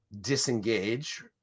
disengage